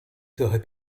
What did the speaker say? trochę